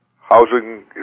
Housing